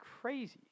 crazy